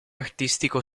artistico